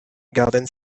garden